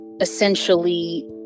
essentially